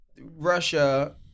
Russia